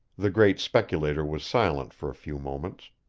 the great speculator was silent for a few moments.